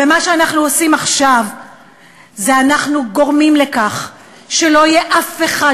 ומה שאנחנו עושים עכשיו זה אנחנו גורמים לכך שלא יהיה אף אחד